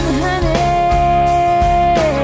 honey